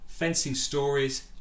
fencingstories